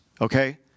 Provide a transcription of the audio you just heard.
Okay